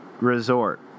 Resort